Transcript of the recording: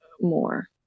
more